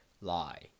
lie